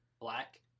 black